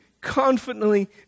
confidently